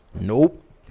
Nope